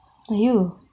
!aiyo!